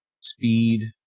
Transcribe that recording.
speed